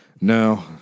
No